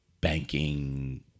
banking